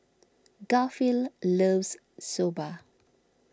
Garfield loves Soba